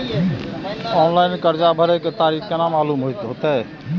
Online कर्जा भरे के तारीख केना मालूम होते?